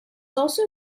also